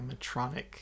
animatronic